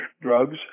drugs